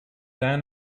ran